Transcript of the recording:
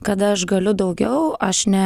kad aš galiu daugiau aš ne